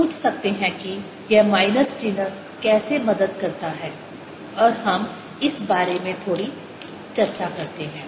आप पूछ सकते हैं कि यह माइनस चिह्न कैसे मदद करता है और हम इस बारे में थोड़ी चर्चा करते हैं